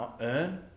earn